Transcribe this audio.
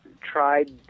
tried